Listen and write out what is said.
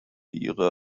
ihre